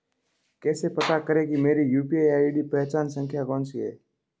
कैसे पता करें कि मेरी यू.पी.आई पहचान संख्या कौनसी है?